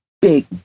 big